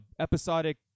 episodic